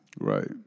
Right